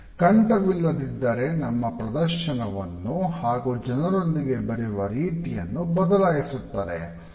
ಕಂಠವಿಲ್ಲದ್ದಿದ್ದರೆ ನಮ್ಮ ಪ್ರದರ್ಶನವನ್ನು ಹಾಗೂ ಜನರೊಂದಿಗೆ ಬೆರೆಯುವ ರೀತಿಯನ್ನು ಬದಲಾಯಿಸುತ್ತದೆ